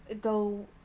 go